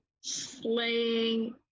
Slaying